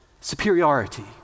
superiority